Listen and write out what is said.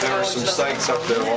are some sites up there